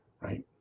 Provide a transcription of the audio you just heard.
right